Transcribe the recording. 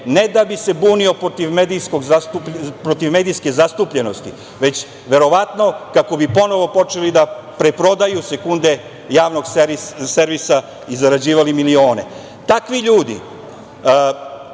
ne da bi se bunio protiv medijske zastupljenosti,, već verovatno kako bi ponovo počeli da preprodaju sekunde Javnog servisa i zarađivali milione. Takvi ljude